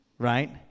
right